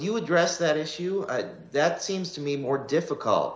you address that issue that seems to me more difficult